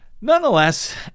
Nonetheless